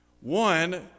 One